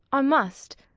i must.